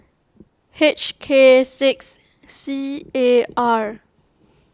H K six C A R